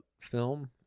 film